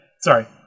Sorry